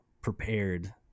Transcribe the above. prepared